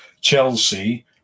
Chelsea